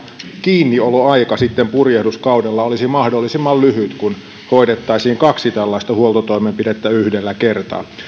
kiinnioloaika purjehduskaudella olisi mahdollisimman lyhyt kun hoidettaisiin kaksi tällaista huoltotoimenpidettä yhdellä kertaa